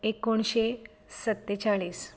एकुणशें सत्तेचाळीस